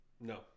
No